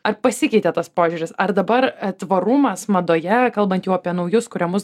ar pasikeitė tas požiūris ar dabar tvarumas madoje nekalbant jau apie naujus kuriamus